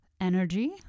energy